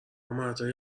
مردهای